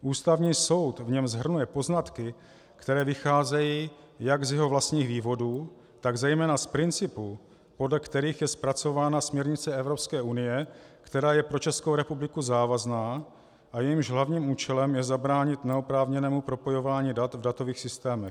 Ústavní soud v něm shrnuje poznatky, které vycházejí jak z jeho vlastních vývodů, tak zejména z principů, podle kterých je zpracována směrnice Evropské unie, která je pro Českou republiku závazná a jejímž hlavním účelem je zabránit neoprávněnému propojování dat v datových systémech.